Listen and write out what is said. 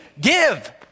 give